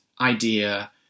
idea